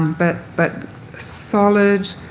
but but solid,